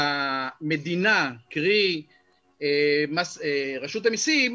מצד המדינה, קרי רשות המסים,